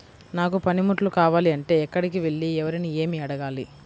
నాకు పనిముట్లు కావాలి అంటే ఎక్కడికి వెళ్లి ఎవరిని ఏమి అడగాలి?